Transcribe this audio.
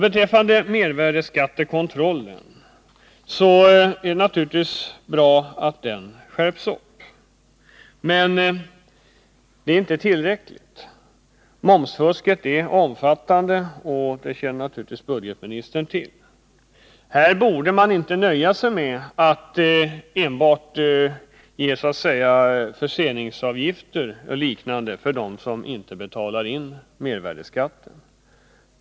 Beträffande mervärdeskattekontrollen vill jag säga att det är naturligtvis bra att den skärps, men det är inte tillräckligt. Momsfusket är omfattande, det känner naturligtvis budgetministern till. Här borde man inte nöja sig med att enbart ta ut så att säga förseningsavgifter och liknande av dem som inte betalar in mervärdeskatt.